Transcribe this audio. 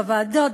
בוועדות,